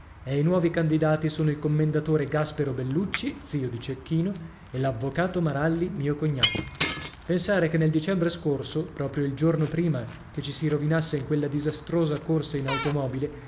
e i nuovi candidati sono il commendatore gaspero bellucci zio di cecchino e l'avvocato maralli mio cognato pensare che nel dicembre scorso proprio il giorno prima che ci si rovinasse in quella disastrosa corsa in automobile